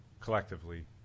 collectively